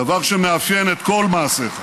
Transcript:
דבר שמאפיין את כל מעשיך.